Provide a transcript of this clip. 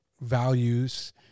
values